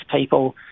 people